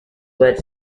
but